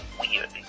weird